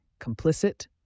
Complicit